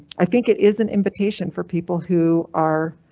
i think it is an invitation for people who are.